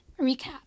recap